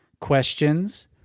questions